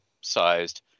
sized